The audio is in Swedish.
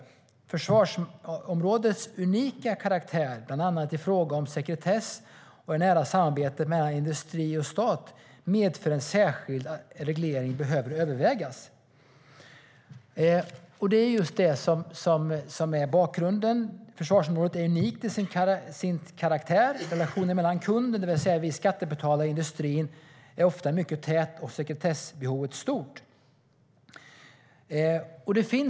Försvarsområdets unika karaktär bl.a. i fråga om sekretess och det nära samarbetet mellan industri och stat medför att en särskild reglering bör övervägas." Det är just detta som är bakgrunden. Försvarsområdet är unikt till sin karaktär. Relationen mellan kunden, det vill säga vi skattebetalare, och industrin är ofta mycket tät och sekretessbehovet stort.